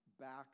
back